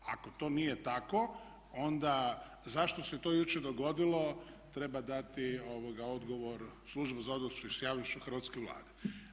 Ako to nije tako, onda zašto se to jučer dogodilo treba dati odgovor Služba za odnose sa javnošću hrvatske Vlade.